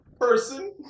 Person